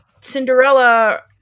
Cinderella